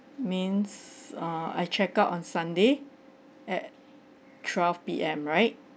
means uh I check out on sunday at twelve P_M right